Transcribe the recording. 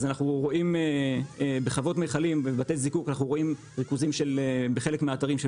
אז אנחנו רואים בחוות מיכלים ובבתי זיקוק ריכוזים בחלק מהתארים של